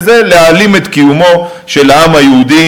וזה להעלים את קיומו של העם היהודי